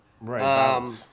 Right